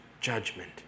judgment